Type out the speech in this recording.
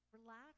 Relax